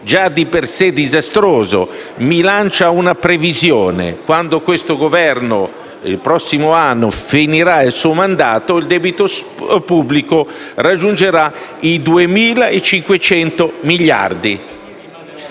già di per sé disastroso. Faccio una previsione: quando questo Governo il prossimo anno finirà il suo mandato, il debito pubblico raggiungerà i 2.500 miliardi.